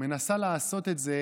מנסה לעשות את זה